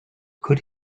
could